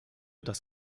das